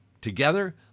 Together